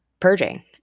purging